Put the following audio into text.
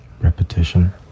Repetition